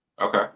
okay